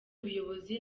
ubuyobozi